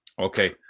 Okay